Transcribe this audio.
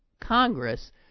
Congress